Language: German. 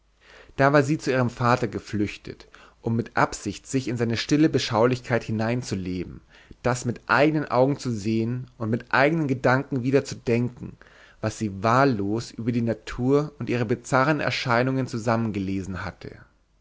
da war sie zu ihrem vater geflüchtet um mit absicht sich in seine stille beschaulichkeit hineinzuleben das mit eigenen augen zu sehen und mit eigenen gedanken wieder zu denken was sie wahllos über die natur und ihre bizarren erscheinungen zusammengelesen hatte